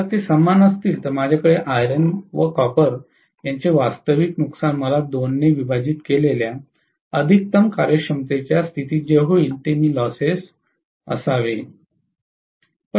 जर ते समान असतील तर माझ्याकडे आयरन व कॉपर यांचे वास्तविक नुकसान मला 2 ने विभाजित केलेल्या अधिकतम कार्यक्षमतेच्या स्थितीत जे होईल ते मी लॉसेस असावे